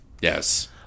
Yes